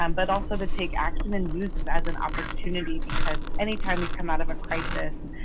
um but also to take action and use this as an opportunity because anytime we come out of a crisis,